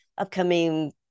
upcoming